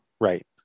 Right